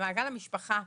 ממעגל המשפחה.